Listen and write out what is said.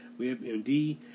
WebMD